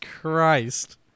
Christ